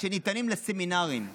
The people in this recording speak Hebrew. שניתנים לסמינרים.